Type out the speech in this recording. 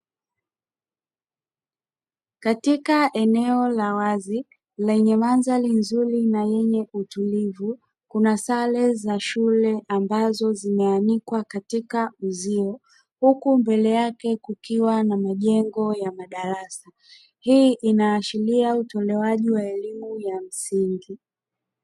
Katika eneo la wazi yenye mandhari nzuri na yenye utulivu kuna sare za shule ambazo zimeanikwa katika uzio huku mbele yake kukiwa na majengo ya madarasa. Hii inaashiria utolewaji wa elimu ya msingi.